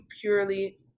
purely